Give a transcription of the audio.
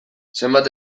zenbat